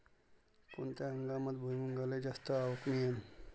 कोनत्या हंगामात भुईमुंगाले जास्त आवक मिळन?